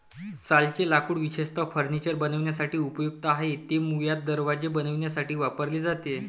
सालचे लाकूड विशेषतः फर्निचर बनवण्यासाठी उपयुक्त आहे, ते मुळात दरवाजे बनवण्यासाठी वापरले जाते